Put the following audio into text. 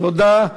תודה.